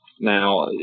Now